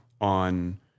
on